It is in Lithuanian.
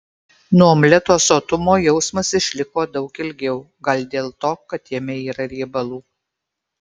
nuo omleto sotumo jausmas išliko daug ilgiau gal dėl to kad jame yra riebalų